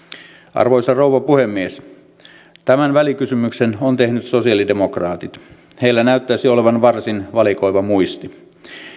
arvoisa rouva puhemies tämän välikysymyksen ovat tehneet sosialidemokraatit heillä näyttäisi olevan varsin valikoiva muisti